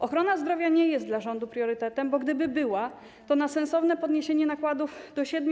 Ochrona zdrowia nie jest dla rządu priorytetem, bo gdyby była, to na sensowne podniesienie nakładów do 7%